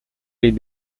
les